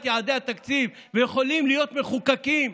יעדי התקציב ויכולים להיות מחוקקים,